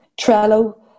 Trello